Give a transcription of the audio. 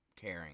caring